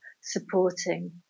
supporting